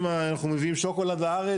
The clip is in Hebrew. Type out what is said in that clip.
אנחנו מביאים שוקולד לארץ,